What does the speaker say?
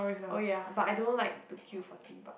oh ya but I don't like to queue for Theme Park